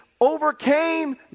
overcame